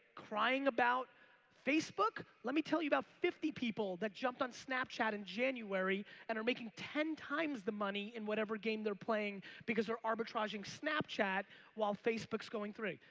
crying about facebook, let me tell you about fifty people that jumped on snapchat in january and are making ten times the money in whatever game they're playing because they're arbitraging snapchat while facebook's going three.